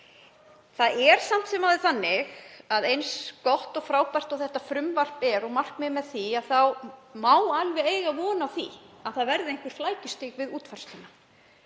Það er samt sem áður þannig að eins gott og frábært og þetta frumvarp er og markmiðið með því, þá má alveg eiga von á því að það verði eitthvert flækjustig við útfærsluna.